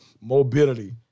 mobility